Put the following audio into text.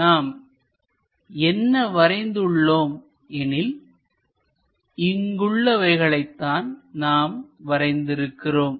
நாம் என்ன வரைந்து உள்ளோம்எனில் இங்கு உள்ளவைகளைத்தான் நாம் வரைந்து இருக்கிறோம்